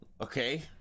okay